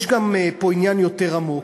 יש פה גם עניין יותר עמוק.